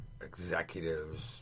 executives